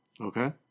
Okay